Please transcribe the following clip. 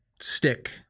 stick